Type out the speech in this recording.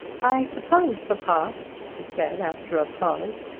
i suppose, papa, she said after a pause,